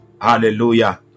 Hallelujah